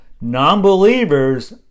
non-believers